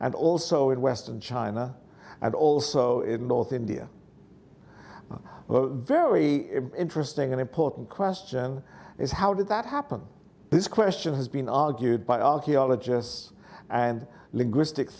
and also in western china and also in north india very interesting and important question is how did that happen this question has been argued by archaeologists and linguistic